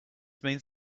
means